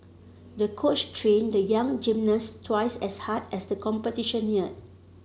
the coach trained the young gymnast twice as hard as the competition neared